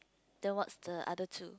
then what's the other two